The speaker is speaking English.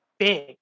Big